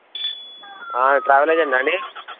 travel ఏజెంటా అండి